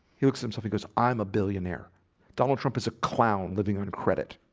he looks himself because i'm a billionaire donald trump is a clown living on credit